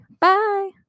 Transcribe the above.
Bye